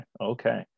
okay